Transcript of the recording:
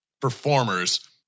performers